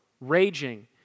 raging